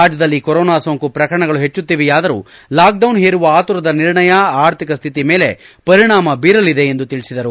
ರಾಜ್ಲದಲ್ಲಿ ಕೊರೊನಾ ಸೋಂಕು ಪ್ರಕರಣಗಳು ಹೆಚ್ಚುತ್ತಿವೆಯಾದರೂ ಲಾಕ್ಡೌನ್ ಹೇರುವ ಆತುರದ ನಿರ್ಣಯ ಆರ್ಥಿಕ ಸ್ಥಿತಿ ಮೇಲೆ ಪರಿಣಾಮ ಬೀರಲಿದೆ ಎಂದು ಅವರು ತಿಳಿಸಿದರು